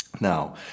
Now